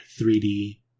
3D